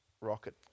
rocket